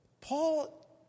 Paul